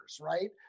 right